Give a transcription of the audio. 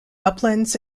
uplands